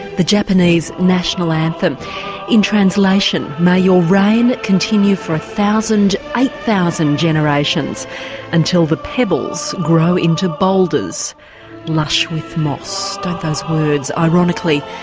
the japanese national anthem in translation may your reign continue for a thousand, eight thousand generations until the pebbles grow into boulders lush with moss'don't those words, ironically,